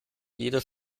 jede